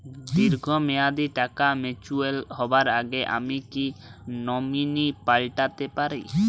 দীর্ঘ মেয়াদি টাকা ম্যাচিউর হবার আগে আমি কি নমিনি পাল্টা তে পারি?